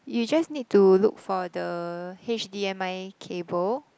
you just need to look for the H_D_M_I cable